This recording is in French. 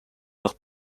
leur